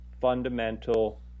fundamental